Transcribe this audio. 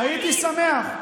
הייתי שמח.